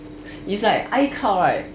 it's like icloud right